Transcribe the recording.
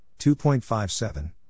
2.57